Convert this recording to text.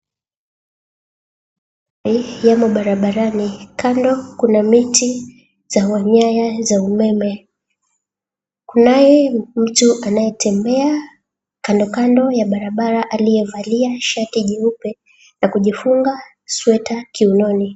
Ni barabarani kando kuna miti za nyaya za umeme . Kunaye mtu anayetembea kando kando ya barabara aliyevalia shati jeupe na kujifunga sweater kiunoni.